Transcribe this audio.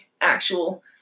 actual